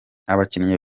abakinnyi